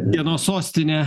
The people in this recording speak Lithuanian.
kieno sostinė